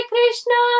Krishna